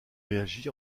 réagit